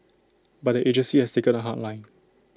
but the agency has taken A hard line